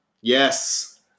Yes